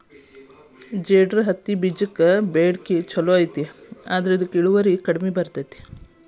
ಜೇದರ್ ಹತ್ತಿಬೇಜಕ್ಕ ಬೇಡಿಕೆ ಚುಲೋ ಐತಿ ಆದ್ರ ಇದು ಇಳುವರಿ ಕಡಿಮೆ ಬರ್ತೈತಿ